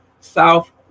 South